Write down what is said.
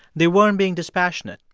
they weren't being dispassionate.